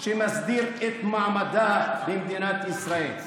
שמסדיר את מעמדה במדינת ישראל?